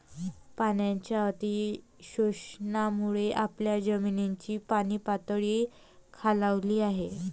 पाण्याच्या अतिशोषणामुळे आपल्या जमिनीची पाणीपातळी खालावली आहे